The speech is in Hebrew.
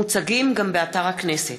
מוצגים גם באתר הכנסת.